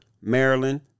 Maryland